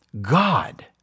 God